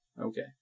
Okay